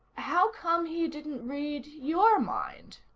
how come he didn't read your mind?